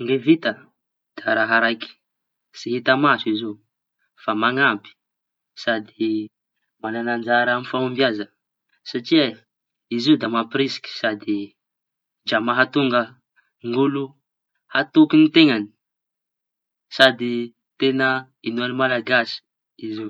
Ny vintaña da raha raiky tsy hita maso izy io fa mañampy sady mañana anjara amy fahombiaza. Satria izy io da mampirisiky sady dra mahatonga ny olo hatoky ny teñany sady teña inoañy malagasy izy io.